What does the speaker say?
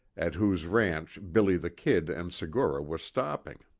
at whose ranch billy the kid and segura were stopping.